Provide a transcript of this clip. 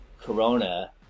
corona